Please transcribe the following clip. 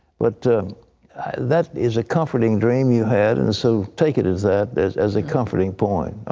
but that is a comforting dream you had. and so take it as that, as as a comforting point.